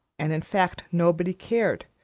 and in fact nobody cared,